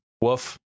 Woof